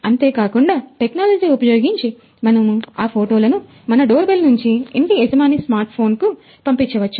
అంతేకాకుండా టెక్నాలజీ ఉపయోగించి మనము ఆ ఫోటోలను మన డోర్ బెల్ నుంచి ఇంటి యజమాని స్మార్ట్ ఫోన్ కు పంపించవచ్చు